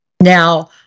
Now